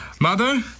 Mother